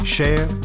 Share